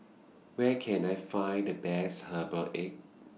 Where Can I Find The Best Herbal Egg